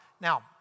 Now